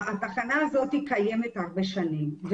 התחנה הזאת קיימת הרבה שנים,